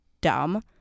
dumb